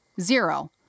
Zero